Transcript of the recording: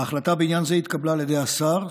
ההחלטה בעניין זה התקבלה על ידי השר,